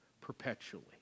perpetually